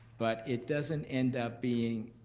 but it doesn't end up being.